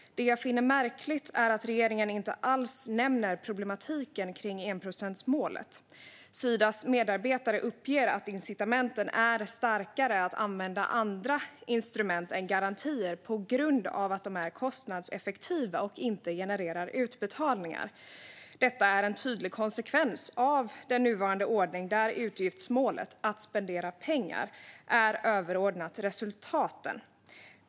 Det jag finner märkligt är att regeringen inte alls nämner problematiken med enprocentsmålet. Sidas medarbetare uppger att incitamenten är starkare att använda andra instrument än garantier på grund av att de är kostnadseffektiva och inte genererar utbetalningar. Detta är en tydlig konsekvens av nuvarande ordning, där utgiftsmålet att spendera pengar är överordnat resultaten.